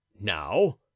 now